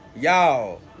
Y'all